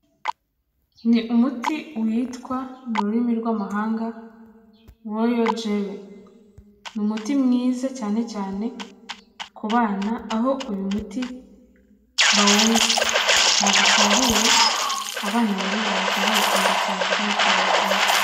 Ni umuti witwa mu rurimi rw'amahanga ROYAL JELLY, ni umuti mwiza cyane cyane ku bana aho uyu muti bawunywa, ntago usharira abana rero bahita bawukunda cyane kandi ukabavura.